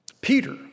Peter